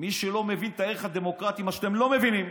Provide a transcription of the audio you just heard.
מי שלא מבין את הערך הדמוקרטי, מה שאתם לא מבינים.